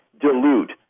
dilute